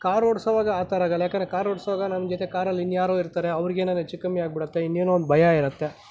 car ಓಡಿಸೋವಾಗ ಆ ಥರ ಆಗಲ್ಲ ಯಾಕಂದ್ರೆ ಕಾರ್ ಓಡಿಸೋವಾಗ ನಮ್ಮ ಜೊತೆ ಕಾರಲ್ಲಿ ಇನ್ಯಾರೋ ಇರ್ತಾರೆ ಅವ್ರಿಗೇನಾರು ಹೆಚ್ಚು ಕಮ್ಮಿ ಆಗಿಬಿಡತ್ತೆ ಇನ್ನೇನೋ ಒಂದು ಭಯ ಇರತ್ತೆ